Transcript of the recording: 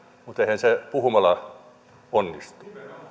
mutta eihän se puhumalla onnistu